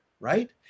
Right